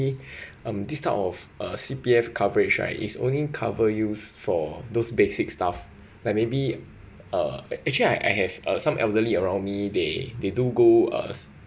um this type of uh C_P_F coverage right is only cover used for those basic stuff like maybe uh actually I have uh some elderly around me they they do go us